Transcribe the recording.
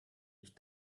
ich